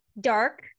dark